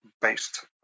based